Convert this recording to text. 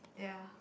ya